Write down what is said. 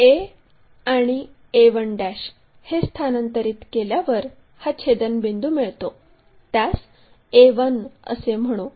a आणि a1 हे स्थानांतरित केल्यावर हा छेदनबिंदू मिळतो त्यास a1 असे म्हणू